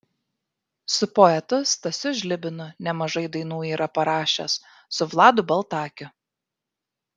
su poetu stasiu žlibinu nemažai dainų yra parašęs su vladu baltakiu